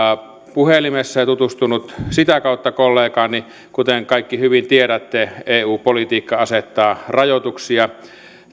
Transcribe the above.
puhelimessa ja tutustunut sitä kautta kollegaani kuten kaikki hyvin tiedätte eu politiikka asettaa rajoituksia